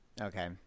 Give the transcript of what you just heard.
Okay